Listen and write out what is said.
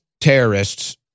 terrorists